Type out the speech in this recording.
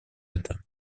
это